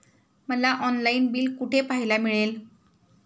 मला online bill कुठे पाहायला मिळेल?